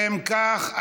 אם כך,